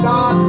God